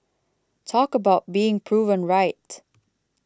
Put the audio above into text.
talk about being proven right